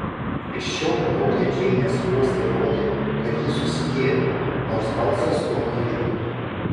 tirščiau nuraudę džeinės skruostai rodė kad ji susigėdo nors balsas to neišdavė